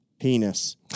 penis